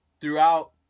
throughout